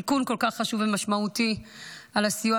תיקון כל כך חשוב ומשמעותי של הסיוע